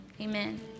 amen